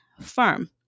Firm